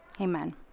amen